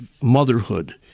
motherhood